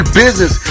business